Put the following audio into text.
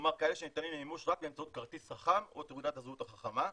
כלומר כאלה שניתנים למימוש רק באמצעות כרטיס חכם או תעודת הזהות החכמה,